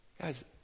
guys